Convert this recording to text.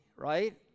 Right